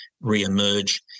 re-emerge